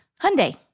Hyundai